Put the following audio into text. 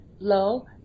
low